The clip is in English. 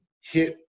hit